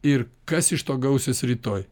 ir kas iš to gausis rytoj